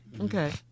Okay